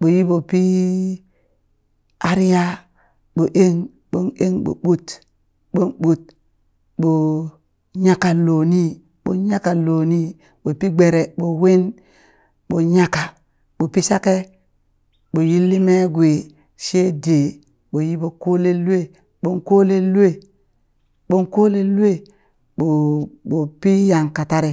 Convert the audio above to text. ɓo yiɓo piii arya ɓo eng ɓon eng ɓo ɓut ɓon ɓut ɓoo nyakan lo nii ɓon nyakan lo nii ɓo pi gbere ɓo win ɓo nyaka ɓo pi shake ɓo yilli me gwi she ɗee ɓo yiɓo kolen lue ɓon kolen lue ɓon kolen lue ɓo ɓo pi yang katari